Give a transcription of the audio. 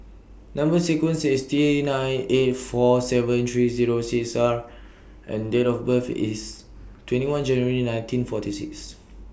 Number sequence IS T nine eight four seven three Zero six R and Date of birth IS twenty one January nineteen forty six